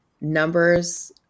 numbers –